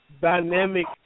dynamic